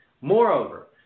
Moreover